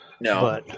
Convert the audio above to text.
No